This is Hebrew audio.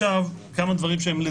כמה נקודות